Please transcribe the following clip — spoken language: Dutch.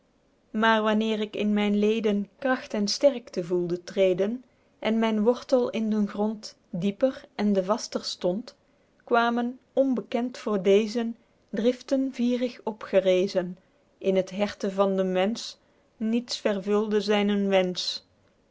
maer wanneer ik in myn leden kracht en sterkte voelde treden en myn wortel in den grond dieper ende vaster stond kwamen onbekend voor dezen driften vierig opgerezen in het herte van den mensch niets vervulde zynen